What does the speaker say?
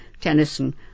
Tennyson